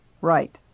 Right